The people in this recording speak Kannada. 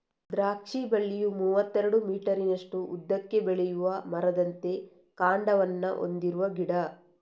ದ್ರಾಕ್ಷಿ ಬಳ್ಳಿಯು ಮೂವತ್ತೆರಡು ಮೀಟರಿನಷ್ಟು ಉದ್ದಕ್ಕೆ ಬೆಳೆಯುವ ಮರದಂತೆ ಕಾಂಡವನ್ನ ಹೊಂದಿರುವ ಗಿಡ